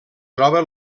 troba